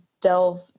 delve